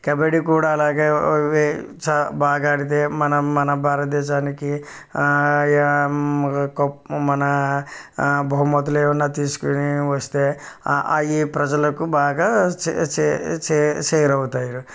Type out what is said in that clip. కబడ్డీ కూడా అలాగే చా బాగా ఆడితే మనం మన భారత దేశానికి ఆ య మన బహుమతులు ఏవన్నా తీసుకొని వస్తే ఆ ఈ ప్రజలకు బాగా చే చే చే చేరువుతారు